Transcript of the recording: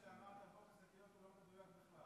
משה, מה שאמרת על חוק השקיות לא מדויק בכלל.